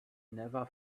never